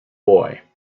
boy